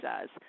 says